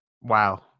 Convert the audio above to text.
Wow